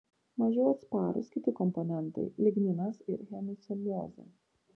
mažiau atsparūs kiti komponentai ligninas ir hemiceliuliozė